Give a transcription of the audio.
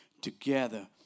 together